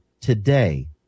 today